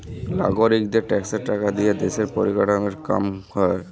লাগরিকদের ট্যাক্সের টাকা দিয়া দ্যশের পরিকাঠামর কাম ক্যরে